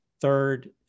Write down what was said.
third